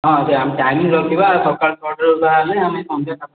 ହଁ ସେଇ ଆମେ ଟାଇମ୍ ଜଗିବା ସକାଳ ଛଅଟାରେ ବାହାରିଲେ ଆମେ ସନ୍ଧ୍ୟା ସାତଟା